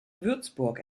würzburg